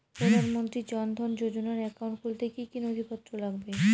প্রধানমন্ত্রী জন ধন যোজনার একাউন্ট খুলতে কি কি নথিপত্র লাগবে?